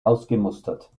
ausgemustert